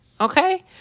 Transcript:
okay